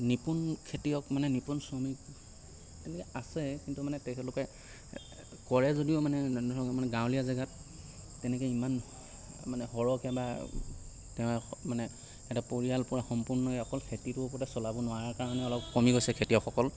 নিপুন খেতিয়ক মানে নিপুন শ্ৰমিক এনেই আছে কিন্তু মানে তেখেতলোকে কৰে যদিও মানে যেনে ধৰক গাঁৱলীয়া জেগাত তেনেকৈ ইমান মানে সৰহকৈ বা তেওঁ মানে এটা পৰিয়াল পূৰা সম্পূৰ্ণকে অকল খেতি ওপৰতে চলাব নোৱাৰে কাৰণে কমি গৈছে খেতিয়কসকল